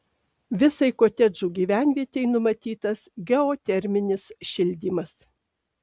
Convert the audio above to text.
visai kotedžų gyvenvietei numatytas geoterminis šildymas